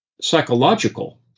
psychological